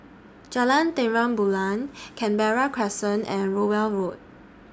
Jalan Terang Bulan Canberra Crescent and Rowell Road